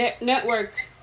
network